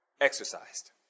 Exercised